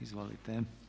Izvolite.